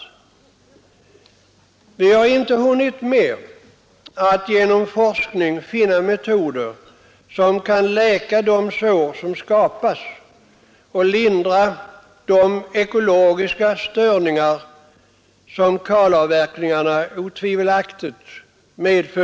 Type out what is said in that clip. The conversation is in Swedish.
Vi har inte hunnit med att genom forskning finna metoder för att läka de sår som skapas vid avverkningarna och lindra de ekologiska störningar som kalavverkningarna otvivelaktigt för med sig.